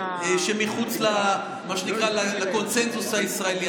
תוכניות שמחוץ לקונסנזוס הישראלי.